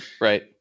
right